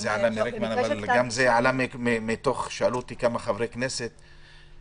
גם זה עלה מרקמן אבל גם כמה חברי כנסת שאלו אותי,